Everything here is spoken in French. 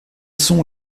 sont